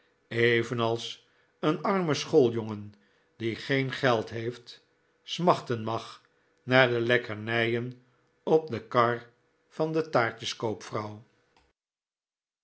evenals een arme schooljongen die geen geld heeft smachten mag naar de lekkernijen op de kar van de